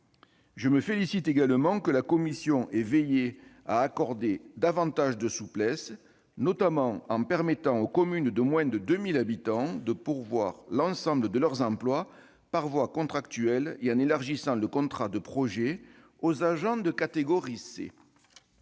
Je me félicite également de ce que la commission ait veillé à accorder davantage de souplesse, notamment en permettant aux communes de moins de 2 000 habitants de pourvoir l'ensemble de leurs emplois par voie contractuelle et en élargissant le contrat de projet aux agents de catégorie C.